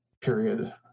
period